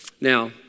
Now